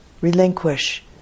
relinquish